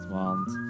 want